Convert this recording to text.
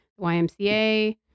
YMCA